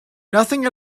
nothing